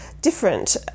different